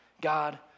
God